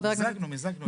חבר הכנסת --- מיזגנו.